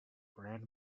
brand